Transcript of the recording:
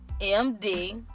m-d